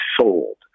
sold